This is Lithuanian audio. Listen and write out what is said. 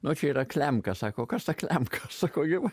nu čia yra klemka sako o kas ta klemka sakau jum